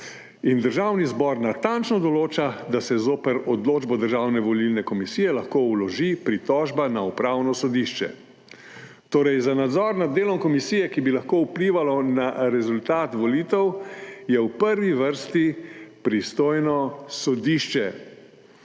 Državni zbor natančno določa, da se zoper odločbo Državne volilne komisije lahko vloži pritožba na Upravno sodišče. Torej za nadzor nad delom komisije, ki bi lahko vplivalo na rezultat volitev, je v prvi vrsti pristojno sodišče,